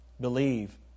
believe